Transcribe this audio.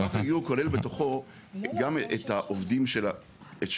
מערך הגיור כולל בתוכו גם את העובדים של האגף,